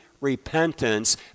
repentance